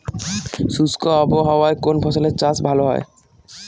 শুষ্ক আবহাওয়ায় কোন ফসলের চাষ ভালো হয়?